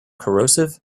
corrosive